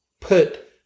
put